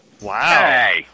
Wow